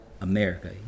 America